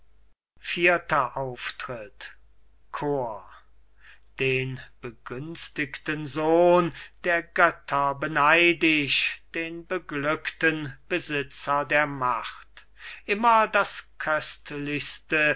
vierter auftritt chor bohemund den begünstigten sohn der götter beneid ich den beglückten besitzer der macht immer das köstlichste